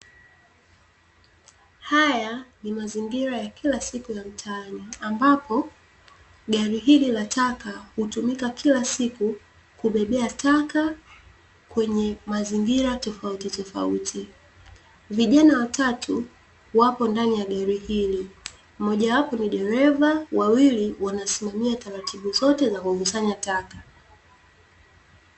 Haya ni mazingira ya kila siku ya mtaani ambapo gari hili la taka hutumika kila siku kubebea taka kwenye mazingira tofauti tofauti vijana watatu wapo ndani ya gari hili mmoja wapo ni dereva, wawili wanasimamia taratibu zote za kukusanya taka.